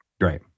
Right